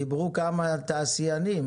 דיברו כמה תעשיינים.